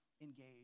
engage